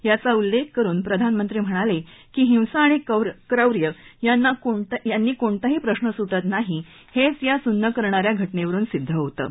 याचा उल्लेख करुन प्रधानमंत्री म्हणाले की हिंसा आणि क्रौर्य यांनी कोणताही प्रश्न सुटत नाही हेच ह्या सुन्न करणा या घटनेवरुन सिद्ध होतं